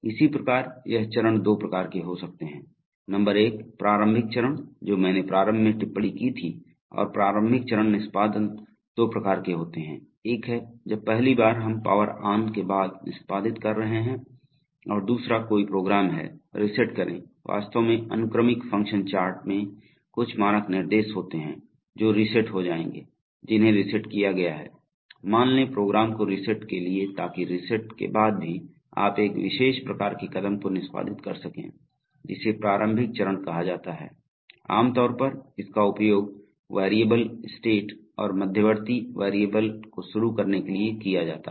इसी प्रकार यह चरण दो प्रकार के हो सकते हैं नंबर एक प्रारंभिक चरण जो मैंने प्रारंभ में टिप्पणी की थी और प्रारंभिक चरण निष्पादन दो प्रकार के होते हैं एक है जब पहली बार हम पावर -ऑन के बाद निष्पादित कर रहे हैं और दूसरा कोई प्रोग्राम है रीसेट करें वास्तव में अनुक्रमिक फ़ंक्शन चार्ट में कुछ मानक निर्देश होते हैं जो रीसेट हो जाएंगे जिन्हें रीसेट किया गया है मान लें प्रोग्राम को रीसेट के लिए ताकि रीसेट के बाद भी आप एक विशेष प्रकार के कदम को निष्पादित कर सकें जिसे प्रारंभिक चरण कहा जाता है आमतौर पर इसका उपयोग वेरिएबल स्टेट और मध्यवर्ती वेरिएबल को शुरू करने के लिए किया जाता है